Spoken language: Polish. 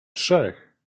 trzech